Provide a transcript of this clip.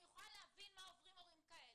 יכולה להבין מה עוברים הורים כאלה.